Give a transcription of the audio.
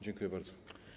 Dziękuję bardzo.